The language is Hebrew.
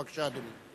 בבקשה, אדוני.